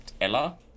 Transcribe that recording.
ella